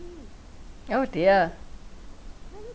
oh dear